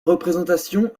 représentation